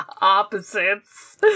opposites